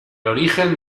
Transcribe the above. origen